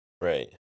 right